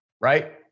Right